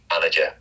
manager